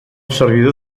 servidor